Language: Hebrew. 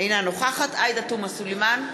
אינה נוכחת עאידה תומא סלימאן,